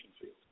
field